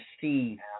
see